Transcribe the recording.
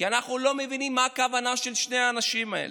כי אנחנו לא מבינים מה הכוונה של שני האנשים האלה.